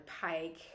pike